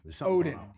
odin